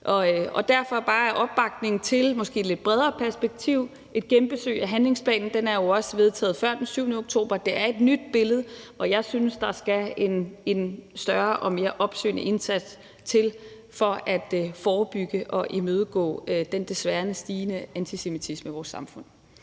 er der bare en opbakning til et måske lidt bredere perspektiv, et genbesøg af handlingsplanen. Den er jo også vedtaget før den 7. oktober, og der er et nyt billede, og jeg synes, at der skal en større og mere opsøgende indsats til for at forebygge og imødegå den desværre stigende antisemitisme i vores samfund.